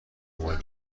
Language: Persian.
موبایل